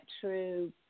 true